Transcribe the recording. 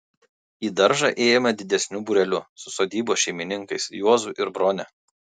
į daržą ėjome didesniu būreliu su sodybos šeimininkais juozu ir brone